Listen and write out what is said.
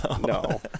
No